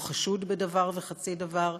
לא חשוד בדבר וחצי דבר,